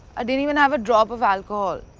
ah didn't even have a drop of alcohol.